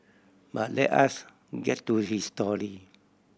but let us get to his story